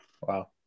Wow